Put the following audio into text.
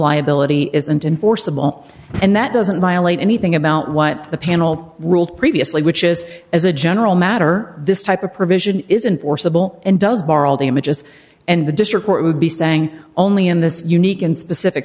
liability isn't enforceable and that doesn't violate anything about what the panel ruled previously which is as a general matter this type of provision is in forcible and does bar all damages and the district court would be saying only in this unique and specific